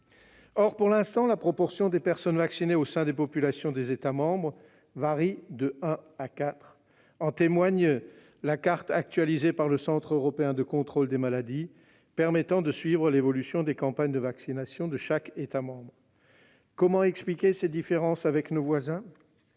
Or, pour l'instant, la proportion des personnes vaccinées au sein des populations des États membres varie de un à quatre. En témoigne la carte actualisée par le Centre européen de prévention et de contrôle des maladies, qui permet de suivre l'évolution des campagnes de vaccination de chaque pays. Comment expliquer ces différences avec nos voisins ?